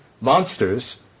monsters